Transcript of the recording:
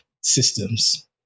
systems